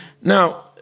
Now